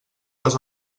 les